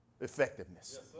effectiveness